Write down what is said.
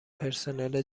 پرسنل